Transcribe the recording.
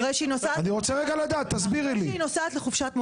אחרי שהיא נוסעת לחופשת מולדת,